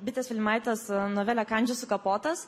bitės vilimaitės novelė kandžių sukapotas